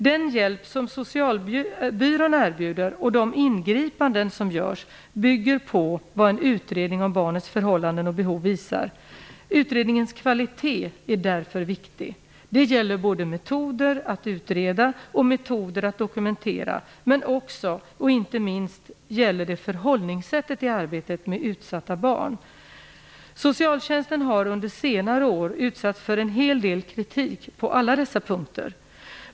Den hjälp som socialbyrån erbjuder och de ingripanden som görs bygger på vad en utredning om barnets förhållanden och behov visar. Utredningens kvalitet är därför viktig. Det gäller både metoder att utreda och metoder att dokumentera, men också och inte minst gäller det förhållningssättet i arbetet med utsatta barn. Socialtjänsten har under senare år utsatts för en hel del kritik på alla dessa punkter.